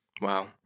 wow